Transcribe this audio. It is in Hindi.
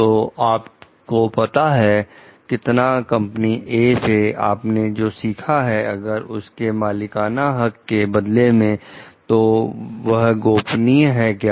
तो आपको पता है कितना कंपनी " ए" से आपने जो सीखा अगर उसके मालिकाना हक के बदले में तो वह गोपनीय है क्या